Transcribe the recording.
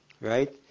right